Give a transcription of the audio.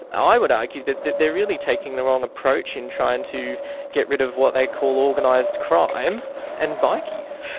i would argue that that they are really taking the wrong approach in trying to get rid of what they call organised crime and bikies.